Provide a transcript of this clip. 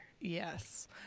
Yes